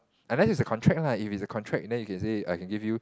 unless it's a contract lah if it's a contract then you can say I can give you